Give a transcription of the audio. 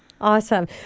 awesome